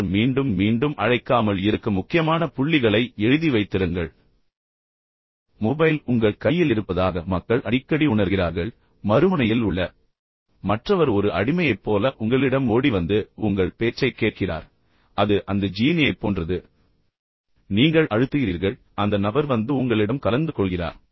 நீங்கள் மீண்டும் மீண்டும் அழைக்காமல் இருக்க முக்கியமான புள்ளிகளை எழுதி வைத்திருங்கள் மொபைல் உங்கள் கையில் இருப்பதாக மக்கள் அடிக்கடி உணர்கிறார்கள் நீங்கள் பொத்தானை அழுத்தலாம் மறுமுனையில் உள்ள மற்றவர் ஒரு அடிமையைப் போல உங்களிடம் ஓடி வந்து உங்கள் பேச்சைக் கேட்கிறார் அது அந்த ஜீனியைப் போன்றது நீங்கள் அழுத்துகிறீர்கள் பின்னர் அந்த நபர் வந்து உங்களிடம் கலந்து கொள்கிறார்